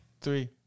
Three